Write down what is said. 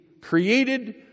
created